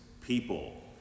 people